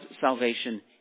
salvation